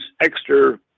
extra